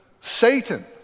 Satan